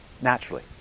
naturally